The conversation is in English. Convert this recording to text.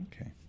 Okay